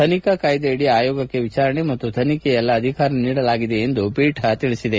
ತನಿಖಾ ಕಾಯ್ವೆಯಡಿ ಆಯೋಗಕ್ಕೆ ವಿಜಾರಣೆ ಮತ್ತು ತನಿಖೆಯ ಎಲ್ಲಾ ಅಧಿಕಾರ ನೀಡಲಾಗಿದೆ ಎಂದು ಪೀಠ ತಿಳಿಸಿದೆ